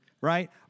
Right